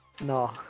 No